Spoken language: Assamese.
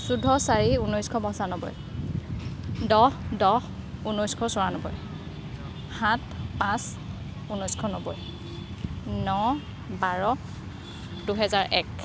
চৈধ্য চাৰি ঊনৈছশ পঞ্চানব্বৈ দহ দহ ঊনৈছশ চৌৰান্নবৈ সাত পাঁচ ঊনৈছশ নব্বৈ ন বাৰ দুহেজাৰ এক